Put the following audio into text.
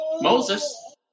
Moses